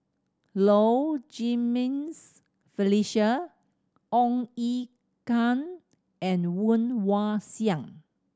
Low Jimenez Felicia Ong Ye Kung and Woon Wah Siang